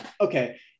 okay